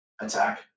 attack